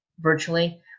virtually